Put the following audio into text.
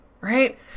right